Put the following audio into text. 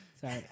sorry